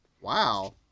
Wow